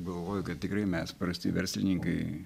galvoju kad tikrai mes prasti verslininkai